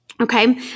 Okay